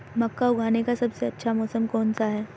मक्का उगाने का सबसे अच्छा मौसम कौनसा है?